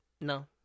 No